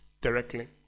directly